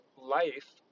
life